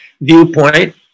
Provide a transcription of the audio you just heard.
viewpoint